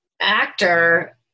actor